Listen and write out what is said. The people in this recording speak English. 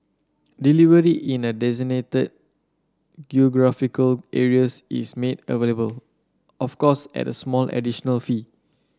delivery in the designated geographical areas is made available of course at a small additional fee